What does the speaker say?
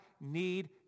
need